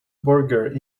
burgers